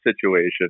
situation